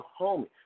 homie